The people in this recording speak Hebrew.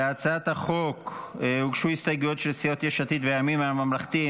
להצעת החוק הוגשו הסתייגויות של סיעת יש עתיד והימין הממלכתי.